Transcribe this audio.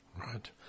Right